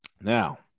Now